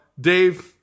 Dave